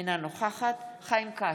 אינה נוכחת חיים כץ,